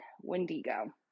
Wendigo